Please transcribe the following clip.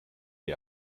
wie